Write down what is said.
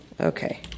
okay